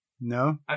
No